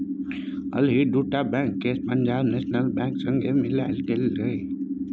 हालहि दु टा बैंक केँ पंजाब नेशनल बैंक संगे मिलाएल गेल छै